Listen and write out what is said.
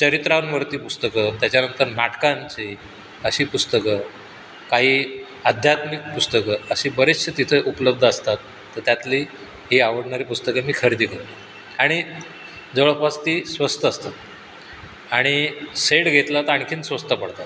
चरित्रांवरती पुस्तकं त्याच्यानंतर नाटकांचे अशी पुस्तकं काही आध्यात्मिक पुस्तकं अशी बरीचशी तिथं उपलब्ध असतात तर त्यातली ही आवडणारी पुस्तके मी खरेदी करतो आणि जवळपास ती स्वस्त असतात आणि सेट घेतला तर आणखीन स्वस्त पडतात